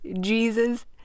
Jesus